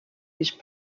which